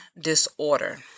disorder